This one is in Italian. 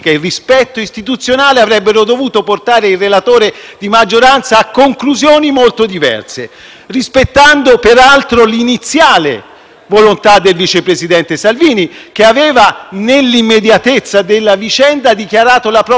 rispettando, peraltro, l'iniziale volontà del vice presidente Salvini, che aveva, nell'immediatezza della vicenda, dichiarato la propria disponibilità - giustamente, dico io - a sottoporsi al giudizio che veniva richiesto.